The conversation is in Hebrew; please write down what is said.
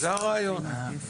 זה הרעיון.